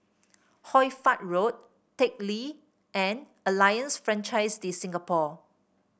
Hoy Fatt Road Teck Lee and Alliance Francaise de Singapour